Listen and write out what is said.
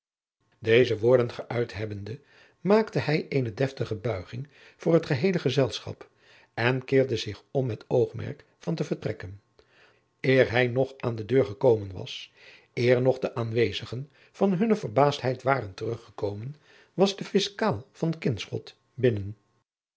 deze woorden gëuit hebbende maakte hij eene deftige buiging voor het geheele gezelschap en keerde zich om met oogmerk van te vertrekken dan eer hij nog aan de deur gekomen was eer nog de aanwezigen van hunne verbaasdheid waren teruggekomen was de fiscaal van kinschot binnen